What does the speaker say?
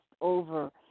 over